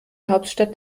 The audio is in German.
hauptstadt